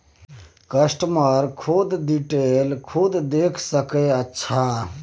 customer खुद detail खुद देख सके अच्छा